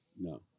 no